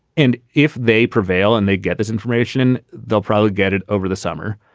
and if they prevail and they get this information, they'll probably get it over the summer.